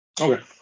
okay